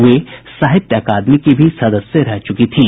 वे साहित्य अकादमी की भी सदस्य रह चूकी थीं